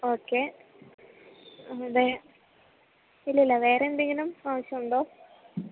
okay ദേ ഇല്ലില്ല വേറെന്തെങ്കിലും ആവശ്യം ഉണ്ടോ